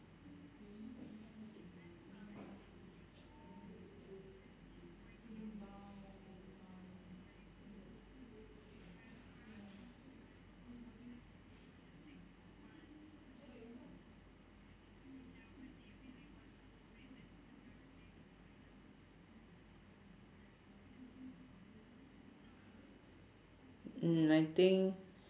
mm I think